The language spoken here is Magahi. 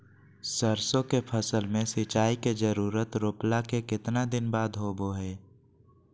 सरसों के फसल में सिंचाई के जरूरत रोपला के कितना दिन बाद होबो हय?